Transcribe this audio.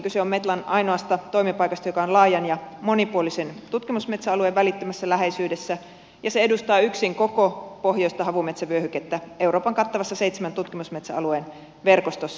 kyse on metlan ainoasta toimipaikasta joka on laajan ja monipuolisen tutkimusmetsäalueen välittömässä läheisyydessä ja se edustaa yksin koko pohjoista havumetsävyöhykettä euroopan kattavassa seitsemän tutkimusmetsäalueen verkostossa